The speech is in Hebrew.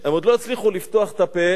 הם עוד לא הצליחו לפתוח את הפה,